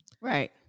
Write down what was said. Right